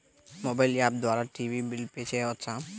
Mobile app ద్వారా TV bill pay చేయవచ్చా?